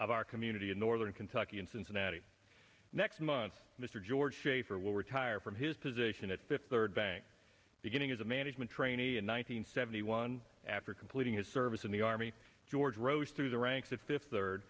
of our community in northern kentucky and cincinnati next month mr george schaefer will retire from his position at fifty third bank beginning as a management trainee in one hundred seventy one after completing his service in the army george rose through the ranks the fifth third